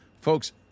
Folks